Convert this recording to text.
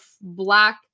black